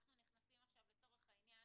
אנחנו נכנסים עכשיו לצורך העניין,